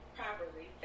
properly